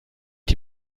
die